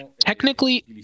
technically